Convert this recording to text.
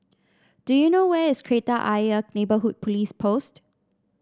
do you know where is Kreta Ayer Neighbourhood Police Post